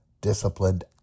disciplined